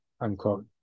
unquote